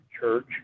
church